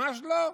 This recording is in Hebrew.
ממש לא.